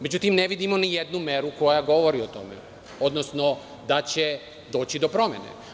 Međutim, ne vidimo ni jednu meru koja govori o tome, odnosno da će doći do promene.